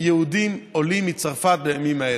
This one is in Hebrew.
יהודים עולים מצרפת בימים האלה.